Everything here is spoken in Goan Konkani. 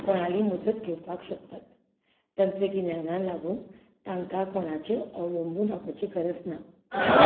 कोणाली मदत घेवपाक शकतात तंत्रगिज्ञनाक लागून तांकां कोणाचेर अवलंबून रावपाची गरज ना